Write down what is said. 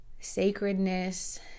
sacredness